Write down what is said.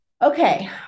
Okay